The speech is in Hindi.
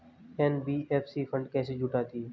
एन.बी.एफ.सी फंड कैसे जुटाती है?